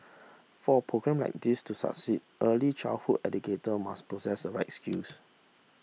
for programme like these to succeed early childhood educator must possess a right skills